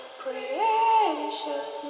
precious